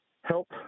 help